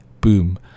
boom